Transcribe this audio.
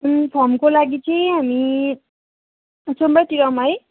फर्मको लागि चाहिँ हामी सोमबारतिर जाउँ है